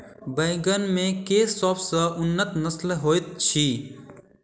बैंगन मे केँ सबसँ उन्नत नस्ल होइत अछि?